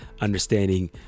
understanding